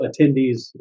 attendees